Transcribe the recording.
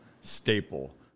staple